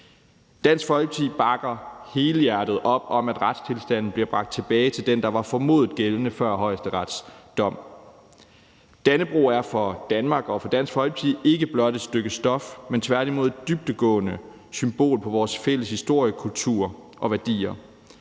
Dansk Folkeparti bakker helhjertet op om, at retstilstanden bliver bragt tilbage til den, der var formodet gældende før Højesterets dom. Dannebrog er for Danmark og for Dansk Folkeparti ikke blot et stykke stof, men tværtimod et dybdegående symbol på vores fælles historie, kultur og værdier.